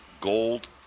gold